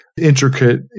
intricate